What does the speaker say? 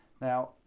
Now